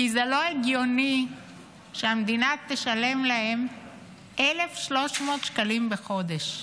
כי זה לא הגיוני שהמדינה תשלם להם 1,300 שקלים בחודש.